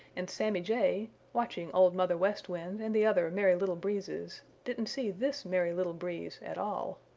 and sammy jay, watching old mother west wind and the other merry little breezes, didn't see this merry little breeze at all.